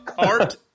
Art